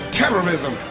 terrorism